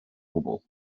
gwbl